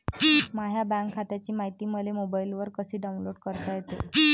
माह्या बँक खात्याची मायती मले मोबाईलवर कसी डाऊनलोड करता येते?